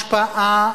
השפעה,